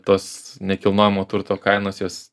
tos nekilnojamo turto kainos jos